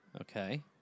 Okay